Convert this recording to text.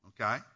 Okay